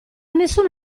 nessuno